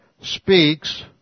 speaks